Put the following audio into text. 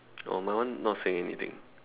oh my one not saying anything